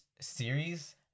series